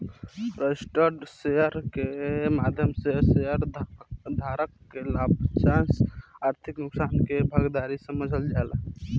registered share के माध्यम से शेयर धारक के लाभांश चाहे आर्थिक नुकसान के भागीदार समझल जाला